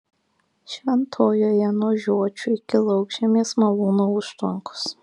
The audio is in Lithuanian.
šventojoje nuo žiočių iki laukžemės malūno užtvankos